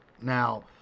Now